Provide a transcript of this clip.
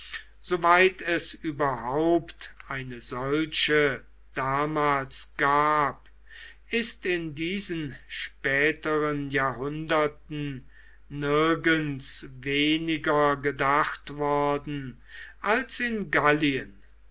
es überhaupt eine solche damals gab ist in diesen späteren jahrhunderten nirgends weniger gedacht worden als in gallien